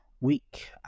week